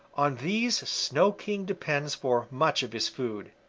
on these snow king depends for much of his food.